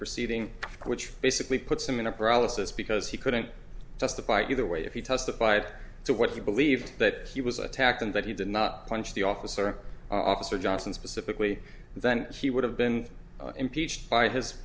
proceeding which basically puts him in a paralysis because he couldn't testify either way if he testified to what he believed that he was attacked and that he did not punch the officer officer johnson specifically then she would have been impeached